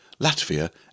Latvia